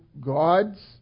God's